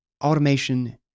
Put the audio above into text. Automation